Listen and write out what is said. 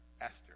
Esther